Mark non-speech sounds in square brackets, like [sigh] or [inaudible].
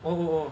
[noise]